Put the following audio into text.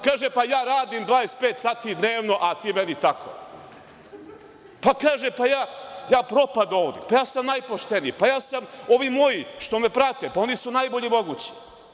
Kaže - pa ja radim 25 sati dnevno a ti meni tako, pa kaže - ja propado' ovde, pa ja sam najpošteniji, ovi moji što me prate, pa, oni su najbolji mogući.